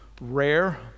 rare